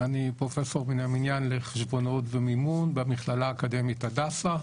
פרופסור מן המניין לחשבונאות ומימון במכללה האקדמית הדסה.